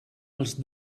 els